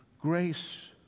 grace